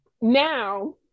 now